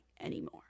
anymore